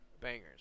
bangers